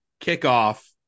kickoff